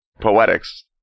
Poetics